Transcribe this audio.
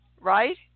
right